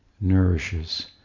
nourishes